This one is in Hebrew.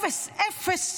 אפס, אפס,